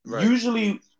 Usually